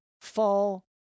fall